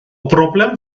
broblem